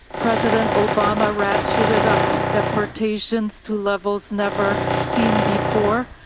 president obama ratcheted up deportations to levels never seen before.